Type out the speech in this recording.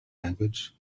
language